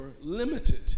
limited